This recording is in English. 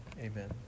amen